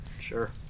sure